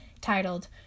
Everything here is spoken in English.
titled